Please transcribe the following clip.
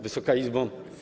Wysoka Izbo!